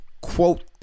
quote